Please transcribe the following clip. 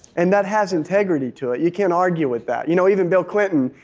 and that has integrity to it. you can't argue with that you know even bill clinton,